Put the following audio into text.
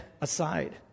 aside